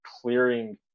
clearing